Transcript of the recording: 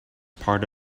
part